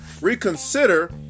reconsider